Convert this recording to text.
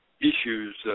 Issues